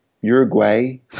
Uruguay